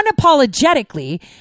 unapologetically